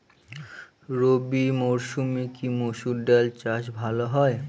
রবি মরসুমে কি মসুর ডাল চাষ ভালো হয়?